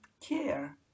care